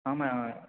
ஆமாம்